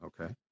Okay